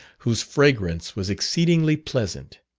whose fragrance was exceedingly pleasant.